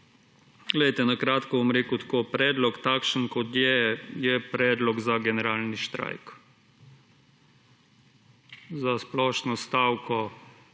Poglejte, na kratko bom rekel tako. Predlog takšen kot je predlog za generalni štrajk, za splošno stavko